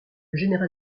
général